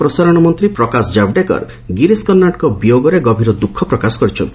ସ୍ଚଚନା ଓ ପ୍ରସାରଣ ମନ୍ତ୍ରୀ ପ୍ରକାଶ ଜାବ୍ଡେକର ଗିରୀଶ କର୍ଷ୍ଣାଙ୍କ ବିୟୋଗରେ ଗଭୀର ଦ୍ରୁଖ ପ୍ରକାଶ କରିଛନ୍ତି